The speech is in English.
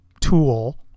tool